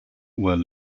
were